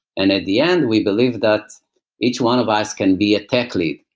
and at the end, we believe that each one of us can be a tech lead.